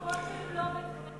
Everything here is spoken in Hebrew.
כותל זה לא בית-כנסת.